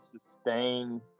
sustain